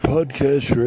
Podcast